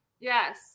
Yes